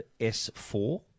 S4